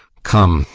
come,